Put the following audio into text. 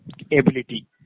ability